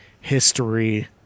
history